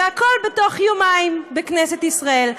והכול בתוך יומיים בכנסת ישראל.